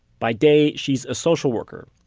by day, she's a social worker.